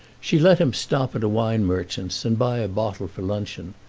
she let him stop at a wine-merchant's and buy a bottle for luncheon,